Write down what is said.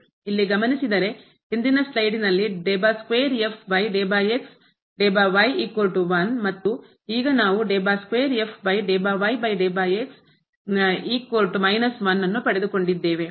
ಇಲ್ಲಿ ಗಮನಿಸಿದರೆ ಹಿಂದಿನ ಸ್ಲೈಡ್ ಮತ್ತು ಈಗ ನಾವು ನ್ನು ಪಡೆದುಕೊಂಡಿದ್ದೇವೆ